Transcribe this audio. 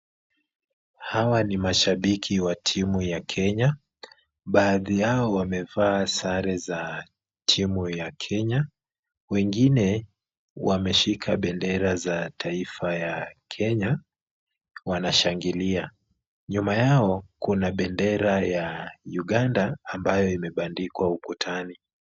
Hawa ni mashabiki wa timu ya Kenya, baadhi yao wamevaa sare za timu ya Kenya, wengine wameshika bendera za taifa ya Kenya wanashangilia. Nyuma yao kuna bendera ya Uganda ambayo imebandikwa ukutani.